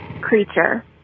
creature